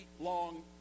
long